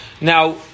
Now